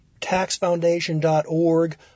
taxfoundation.org